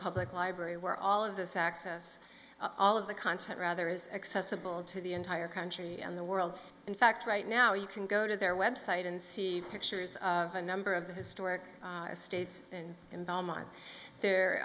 public library where all of this access all of the content rather is accessible to the entire country and the world in fact right now you can go to their website and see pictures of a number of the historic states and